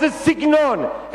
איזה סגנון,